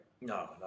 No